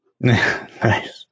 Nice